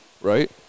Right